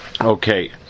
Okay